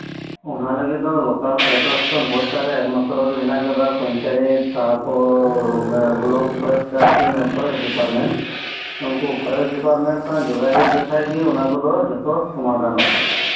ᱚᱱᱟ ᱞᱟᱹᱜᱤᱫ ᱫᱚ ᱞᱚᱠᱟᱞ ᱥᱟᱭᱚᱛᱚ ᱥᱟᱥᱚᱱ ᱚᱵᱚᱥᱛᱟ ᱨᱮ ᱮᱠᱢᱟᱛᱨᱚᱜᱮ ᱦᱮᱱᱟᱜ ᱟᱠᱟᱫᱟ ᱯᱚᱧᱪᱟᱭᱮᱛ ᱛᱟᱯᱚᱨ ᱵᱞᱚᱠ ᱯᱷᱚᱨᱮᱥᱴ ᱟᱨᱠᱤ ᱚᱱᱮ ᱯᱷᱚᱨᱮᱥᱴ ᱰᱤᱯᱟᱨᱴᱢᱮᱱᱴ ᱩᱠᱩ ᱯᱷᱚᱨᱮᱥᱴ ᱰᱤᱯᱟᱨᱴᱢᱮᱱᱴ ᱥᱟᱶ ᱡᱚᱜᱟᱡᱚᱜ ᱞᱮᱠᱷᱟᱡ ᱜᱤ ᱚᱱᱟᱠᱚᱫᱚ ᱡᱚᱛᱚ ᱥᱚᱢᱟᱫᱷᱟᱱᱚᱜ ᱟ